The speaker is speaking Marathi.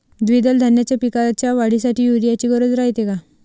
द्विदल धान्याच्या पिकाच्या वाढीसाठी यूरिया ची गरज रायते का?